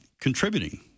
contributing